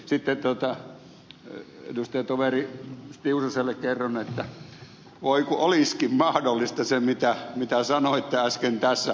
sitten edustajatoveri tiusaselle kerron että voi kun olisikin mahdollista se mitä sanoitte äsken tässä